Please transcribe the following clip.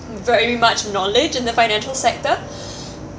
very much knowledge in the financial sector